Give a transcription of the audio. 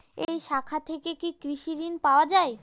এই শাখা থেকে কি কৃষি ঋণ পাওয়া যায়?